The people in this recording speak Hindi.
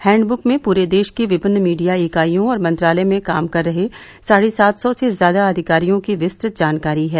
हैंडबुक में पूरे देश की विभिन्न मीडिया इकाइयों और मंत्रालय में काम कर रहे साढ़े सात सौ से ज्यादा अधिकारियों की विस्तृत जानकारी है